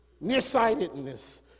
Nearsightedness